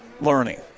learning